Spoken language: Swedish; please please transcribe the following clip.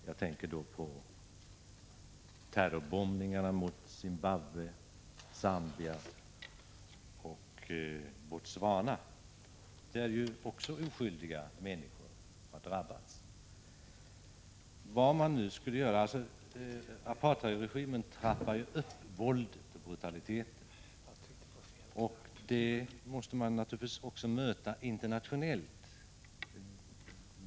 Jag tänker på terrorbombningarna mot Zimbabwe, Zambia och Botswana, där oskyldiga människor har drabbats. Apartheidregimen trappar upp våldet och brutaliteten, och det måste man naturligtvis möta också internationellt.